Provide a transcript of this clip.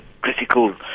critical